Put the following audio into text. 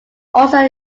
also